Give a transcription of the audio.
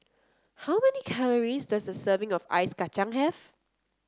how many calories does a serving of Ice Kacang have